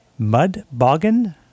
Mudboggin